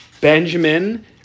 Benjamin